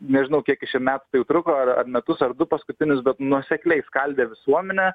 nežinau kiek jis čia metų tai jau truko ar metus ar du paskutinius bet nuosekliai skaldė visuomenę